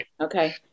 Okay